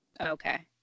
Okay